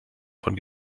von